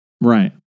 right